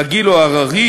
רגיל או הררי,